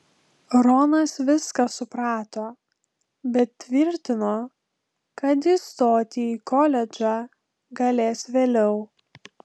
ronas viską suprato bet tvirtino kad įstoti į koledžą galės vėliau